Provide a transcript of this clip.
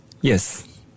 Yes